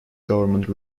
government